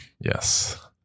Yes